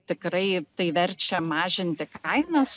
tikrai tai verčia mažinti kainas